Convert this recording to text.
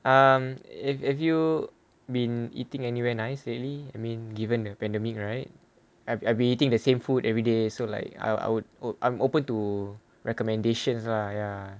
um have have you been eating anywhere nice daily I mean given the pandemic right I've been eating the same food everyday so like I would I'm open to recommendations lah ya